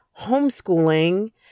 homeschooling